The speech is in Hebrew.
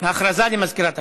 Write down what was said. למזכירת הכנסת.